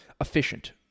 efficient